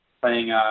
playing